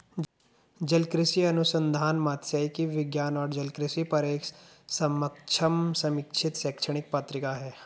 जलकृषि अनुसंधान मात्स्यिकी विज्ञान और जलकृषि पर एक समकक्ष समीक्षित शैक्षणिक पत्रिका है